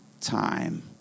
time